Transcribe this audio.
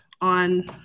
on